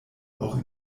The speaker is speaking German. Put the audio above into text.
auch